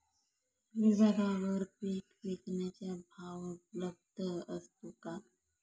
विभागवार पीक विकण्याचा भाव उपलब्ध असतो का?